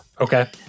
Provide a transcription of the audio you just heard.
Okay